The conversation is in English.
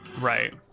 right